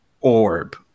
orb